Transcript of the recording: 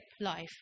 life